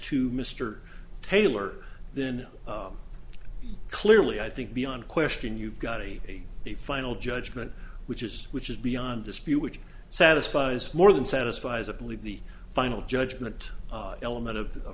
to mr taylor then clearly i think beyond question you've got a the final judgment which is which is beyond dispute which satisfies more than satisfies a believe the final judgment element of